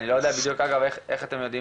אגב אני לא יודע איך בדיוק אתם יודעים